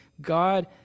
God